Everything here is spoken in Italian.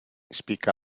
spicca